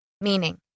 Meaning